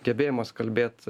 gebėjimas kalbėt